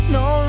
no